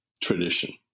tradition